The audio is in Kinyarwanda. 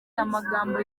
amagambo